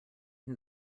who